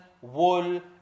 wool